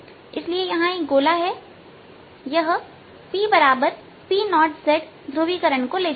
इसलिए यहां एक गोला है यह PP0z ध्रुवीकरण ले जाता है